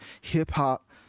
hip-hop